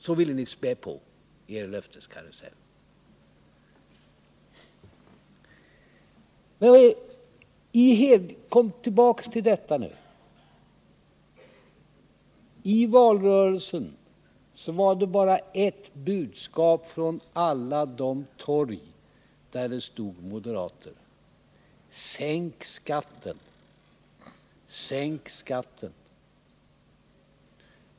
Så ville ni spä på i er löfteskarusell. I valrörelsen fanns det bara ett budskap på alla de torg där moderaterna stod: Sänk skatten!